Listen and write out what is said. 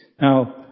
Now